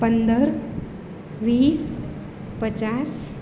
પંદર વીસ પચાસ